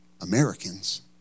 Americans